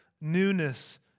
newness